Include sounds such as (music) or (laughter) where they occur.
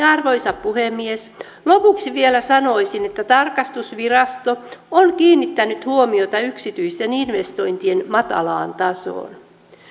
(unintelligible) arvoisa puhemies lopuksi vielä sanoisin että tarkastusvirasto on kiinnittänyt huomiota yksityisten investointien matalaan tasoon